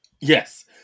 Yes